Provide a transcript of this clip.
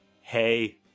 Hey